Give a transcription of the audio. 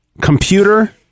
computer